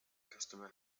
customer